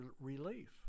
relief